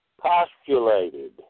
postulated